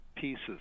pieces